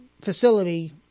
facility